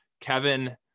Kevin